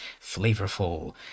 flavorful